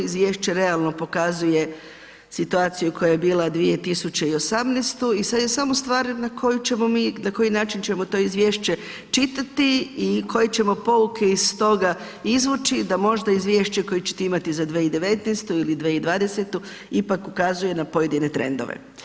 Izvješće realno pokazuje situaciju koja je bila 2018. i sada je samo stvar na koji način ćemo to Izvješće čitati i koje ćemo pouke iz toga izvući da možda izvješće koje ćete imati za 2019. ili 2020. ipak ukazuje na pojedine trendove.